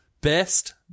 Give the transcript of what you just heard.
best